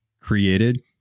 created